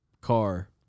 car